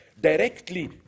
directly